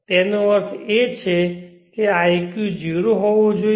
તેનો અર્થ એ કે બુદ્ધિઆંક 0 હોવો જોઈએ